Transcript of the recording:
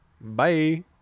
Bye